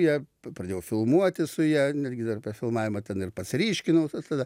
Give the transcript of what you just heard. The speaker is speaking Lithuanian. ją pradėjau filmuoti su ja netgi dar per filmavimą ten ir pats ryškinau tada